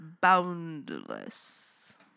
Boundless